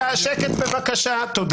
גלעד, בבקשה, שאלות.